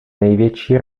největší